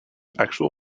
actual